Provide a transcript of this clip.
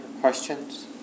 Questions